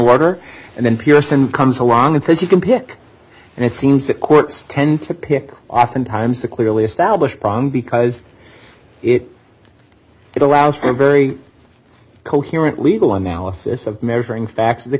water and then pearson comes along and says you can pick and it seems the courts tend to pick oftentimes a clearly established problem because it allows for a very coherent legal analysis of measuring fact